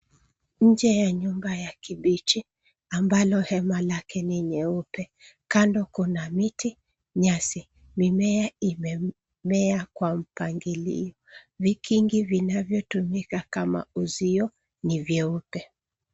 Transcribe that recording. Nje ya nyumba ya kibichi, ambalo hema lake ni nyeupe. Kando kuna miti, nyasi. Mimea imemea kwa mpangilio. Vikingi vinavyotumika kama uzio, ni vyeupe.